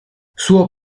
suo